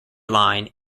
line